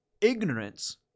Ignorance